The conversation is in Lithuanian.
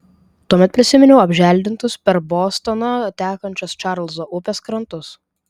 tuomet prisiminiau apželdintus per bostoną tekančios čarlzo upės krantus